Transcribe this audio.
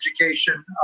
education